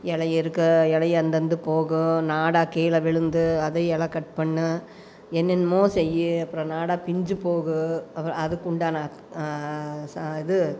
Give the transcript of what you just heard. இலை இருக்கோ இலை அறுந்தந்து போகும் நாடா கீழே விழுந்து அதே இல கட் பண்ணும் என்னென்னமோ செய்யும் அப்றம் நாடா பிஞ்சு போகும் அப்றம் அதுக்கு உண்டான இது